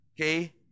Okay